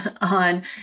on